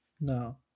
No